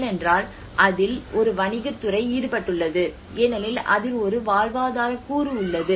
ஏனென்றால் அதில் ஒரு வணிகத் துறை ஈடுபட்டுள்ளது ஏனெனில் அதில் ஒரு வாழ்வாதாரக் கூறு உள்ளது